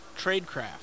Tradecraft